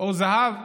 או זהב,